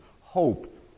hope